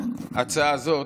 להצעה הזאת,